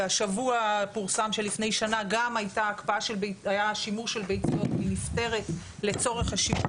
והשבוע פורסם שלפני שנה גם היה שימור של ביציות מנפטרת לצורך השימוש